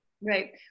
Right